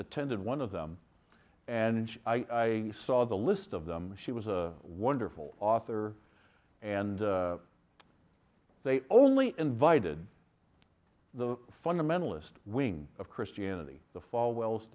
attended one of them and i saw the list of them she was a wonderful author and they only invited the fundamentalist wing of christianity the falwell